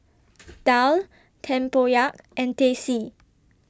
Daal Tempoyak and Teh C